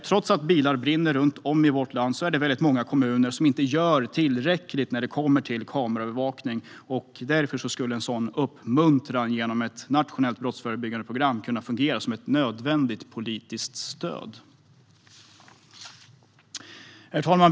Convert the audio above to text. Trots att bilar brinner runt om i vårt land är det väldigt många kommuner som inte gör tillräckligt när det handlar om kameraövervakning. Därför skulle uppmuntran genom ett nationellt brottsförebyggande program kunna fungera som ett nödvändigt politiskt stöd. Herr talman!